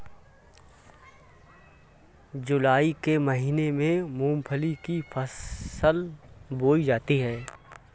जूलाई के महीने में मूंगफली की फसल बोई जाती है